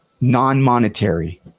non-monetary